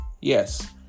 Yes